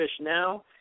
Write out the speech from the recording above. now